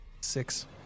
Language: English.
six